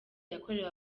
yakorewe